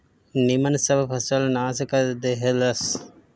निमन सब फसल नाश क देहलस